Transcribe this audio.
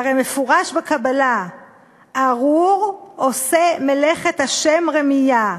והרי מפורש בקבלה 'ארור עשה מלאכת ה' רמיה,